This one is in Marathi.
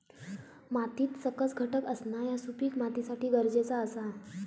मातीत सकस घटक असणा ह्या सुपीक मातीसाठी गरजेचा आसा